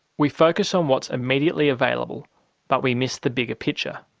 we focus on what's immediately available but we miss the bigger picture.